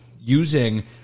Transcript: using